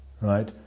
Right